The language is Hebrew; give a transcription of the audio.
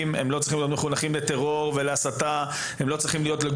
ולא צריכים להיות מחונכים לטרור ולהסתה.